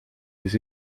des